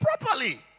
properly